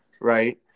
right